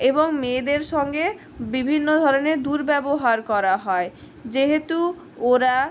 এবং মেয়েদের সঙ্গে বিভিন্ন ধরনের দুর্ব্যবহার করা হয় যেহেতু ওরা